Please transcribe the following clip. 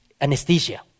Anesthesia